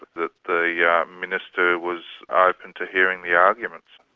that the yeah minister was ah open to hearing the arguments.